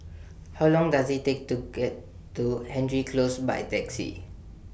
How Long Does IT Take to get to Hendry Close By Taxi